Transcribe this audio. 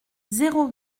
zéro